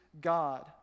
God